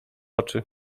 oczy